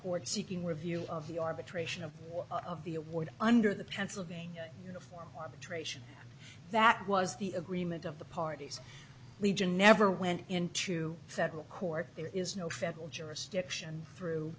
court seeking review of the arbitration of one of the award under the pennsylvania uniform arbitration that was the agreement of the parties legion never went into federal court there is no federal jurisdiction through